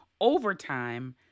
overtime